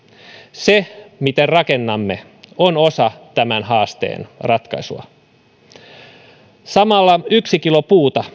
se miten rakennamme on osa tämän haasteen ratkaisua yksi kilo puuta